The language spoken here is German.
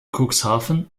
cuxhaven